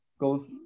goes